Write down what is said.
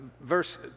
verse